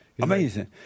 amazing